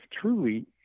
truly